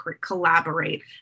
collaborate